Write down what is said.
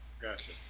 Gotcha